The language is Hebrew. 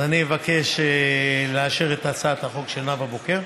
אז אני מבקש לאשר את הצעת החוק של נאווה בוקר